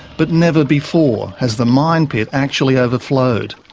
but never before has the mine pit actually overflowed.